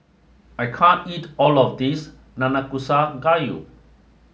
I can't eat all of this Nanakusa Gayu